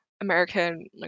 American